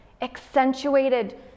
accentuated